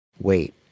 wait